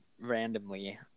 randomly